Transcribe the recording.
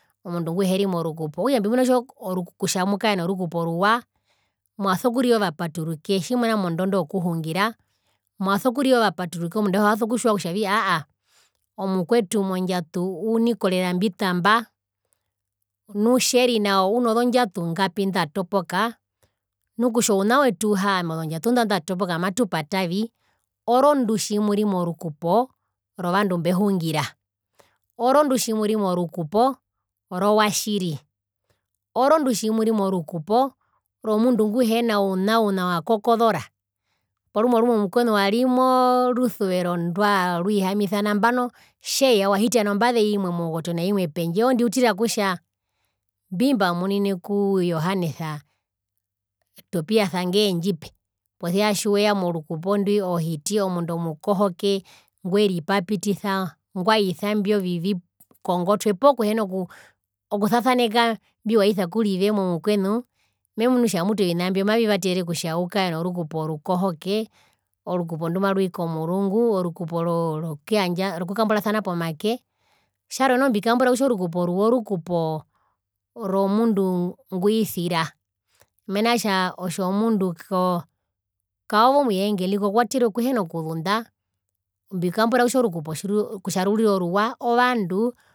Omundu nguheri morukupo okutja mbimuna kutja mukare norukupo oruwa mwaso kurira ovapaturuke tjimuna mondondo yokuhungira mwazo kurira ovapaturuke omunduauhe waso kutjiwa kutjavii aahaa omukwetu mondjatu unikorera mbitamba nu tjeri nao unozondjatu ngapi ndatopoka nu kutja ouna wetu uhaame ozondjatu ndatopoka matupatavi orondu tjimuri morukupo rovandu mbehungira orondu tjimuri morukupo ro watjiri orondu tjimuri morukupo romundu nguhena ouna una wakokozora porumwe rumwe omukwenu wari morusuvero ndwarwihamisa nambano tjeya wahita nombaze imwe moukoto naimwe pendje orondu otira kutja mbimbamunine ku johanesa tobiasa ngendjipe posia tjiweya morukupo ndwi ohiti omundu omukohoke ngweripapitisa ngwaisa imbyo vivi kongotwe poo kuhina kusasaneka mbiwaisa kurive momukwenu memunu kutja mutu ovina mbio mavivatere kutja ukare norukupo orukohoke, orukupo ndumarwii komurungu, orukupo ro rokuyandja rokukamburasana pomake, tjarwe noho mbikambura kutja orukupo oruwa orukupo romundu ngwisira mena tja otjomundu koo kaove omuyengeli kokwaterwe okuhena okuzunda mbikambura kutja orukupo kutja rurire oruwa ovandu